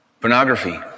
Pornography